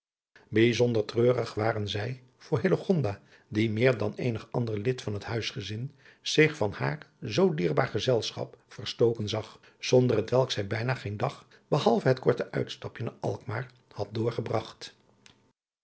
bijzonder treurig waren zij voor hillegonda die meer dan eenig ander lid van het huisgezin zich van haar zoo dierbaar gezelschap verstoken zag zonder hetwelk zij bijna geen dag behalve het korte uitstapje naar alkmaar had doorgebragt